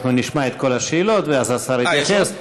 אנחנו נשמע את כל השאלות ואז השר יתייחס.